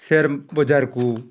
share ବଜାରକୁ